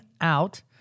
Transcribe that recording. out